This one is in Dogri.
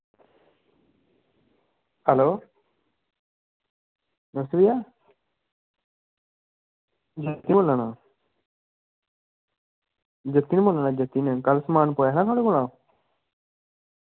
हैल्लो नमस्ते भाइया अजैंसी दा बोला ना जतिन बोला ना जतिन कल समान पोआया हा थुआढ़े कोला दा